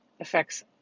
affects